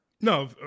No